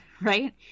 right